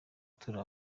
turi